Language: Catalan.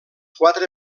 quatre